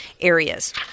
areas